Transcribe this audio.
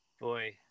boy